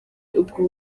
ubwo